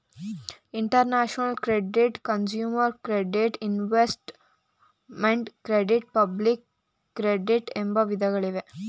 international credit, consumer credit, investment credit public credit ಎಂಬ ವಿಧಗಳಿವೆ